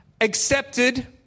accepted